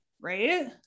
right